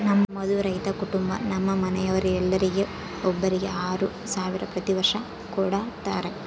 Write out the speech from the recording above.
ನಮ್ಮದು ರೈತ ಕುಟುಂಬ ನಮ್ಮ ಮನೆಯವರೆಲ್ಲರಿಗೆ ಒಬ್ಬರಿಗೆ ಆರು ಸಾವಿರ ಪ್ರತಿ ವರ್ಷ ಕೊಡತ್ತಾರೆ